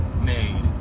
made